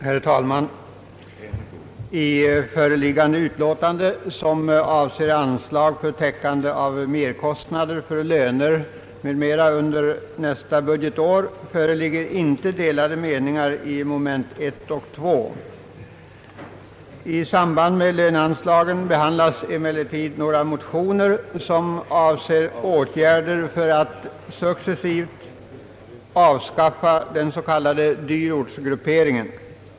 Herr talman! I föreliggande utlåtande, som avser anslag för täckande av merkostnader för löner m.m. under nästa budgetår, råder inte några delade meningar beträffande punkterna 1 och 2. I samband med löneanslagen behandlas emellertid några motioner, som avser åtgärder för att successivt avskaffa den s.k. dyrortsgrupperingen.